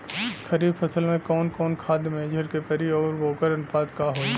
खरीफ फसल में कवन कवन खाद्य मेझर के पड़ी अउर वोकर अनुपात का होई?